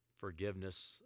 forgiveness